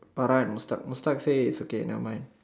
Farah and Mustad Mustad say it's okay never mind